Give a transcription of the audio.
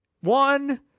one